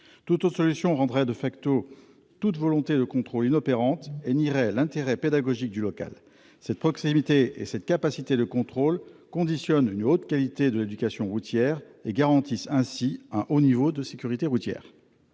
autre solution rendrait toute volonté de contrôle inopérante et nierait l'intérêt pédagogique du local. Cette proximité et cette capacité de contrôle conditionnent une haute qualité d'éducation routière et garantissent ainsi un haut niveau de sécurité routière.